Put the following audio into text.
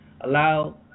allow